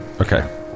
Okay